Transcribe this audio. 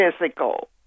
physical